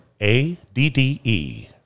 A-d-d-e